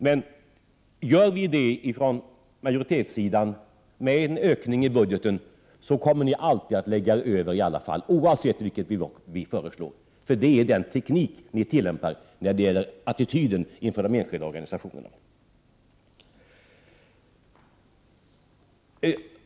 Men gör vi det från majoritetssidan med en ökning i budgeten, kommer ni alltid att lägga er över i alla fall, oavsett vilket belopp vi föreslår, för det är den teknik ni tillämpar när det gäller attityden inför de enskilda organisationerna.